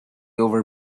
over